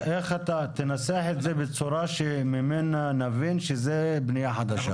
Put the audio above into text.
תנסח את זה בצורה שממנה נבין שזה בנייה חדשה.